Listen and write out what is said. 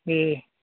देह